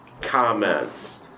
comments